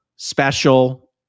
special